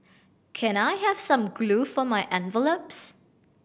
can I have some glue for my envelopes